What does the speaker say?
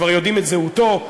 כבר יודעים את זהותו,